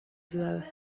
that